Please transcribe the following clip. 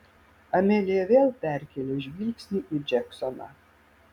amelija vėl perkėlė žvilgsnį į džeksoną